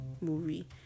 movie